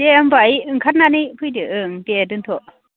दे होमबा आइ ओंखारनानै फैदो ओं दे दोन्थ'